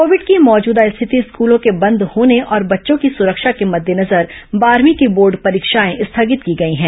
Covid की मौजूदा स्थिति स्कूलों के बंद होने और बच्चों की सुरक्षा के मद्देनजर बारहवीं की बोर्ड परीक्षाए स्थगित की गई है